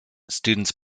students